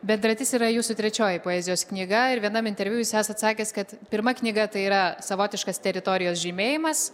bendratis yra jūsų trečioji poezijos knyga ir vienam interviu jūs esat sakęs kad pirma knyga tai yra savotiškas teritorijos žymėjimas